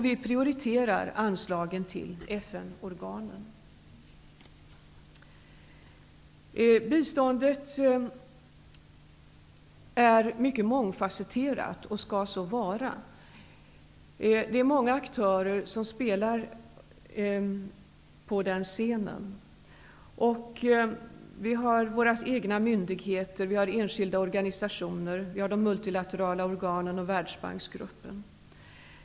Vi prioriterar anslagen till Biståndet är mycket mångfasetterat -- och skall så vara. Det är många aktörer som spelar på den scenen. Där finns våra egna myndigheter, enskilda organisationer, multilaterala organ och världsbanksgruppen.